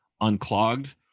unclogged